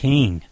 King